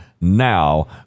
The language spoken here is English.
now